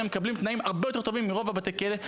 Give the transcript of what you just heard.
מקבלים תנאים הרבה יותר טובים מרוב בתי הכלא,